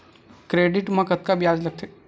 Credit मा कतका ब्याज लगथे?